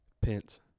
Pence